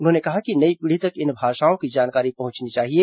उन्होंने कहा कि नई पीढ़ी तक इन भाषाओं की जानकारी पहुंचनी चाहिए